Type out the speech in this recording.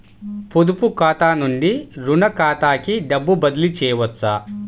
పొదుపు ఖాతా నుండీ, రుణ ఖాతాకి డబ్బు బదిలీ చేయవచ్చా?